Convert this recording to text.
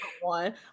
one